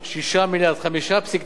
5.9 מיליארד שקלים,